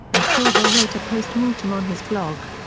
and silver wrote a post mortem on his blog.